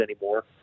anymore